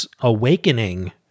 awakening